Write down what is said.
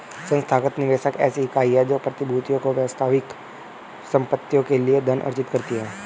संस्थागत निवेशक ऐसी इकाई है जो प्रतिभूतियों और वास्तविक संपत्तियों के लिए धन अर्जित करती है